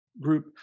group